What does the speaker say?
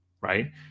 right